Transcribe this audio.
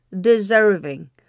deserving